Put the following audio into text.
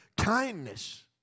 kindness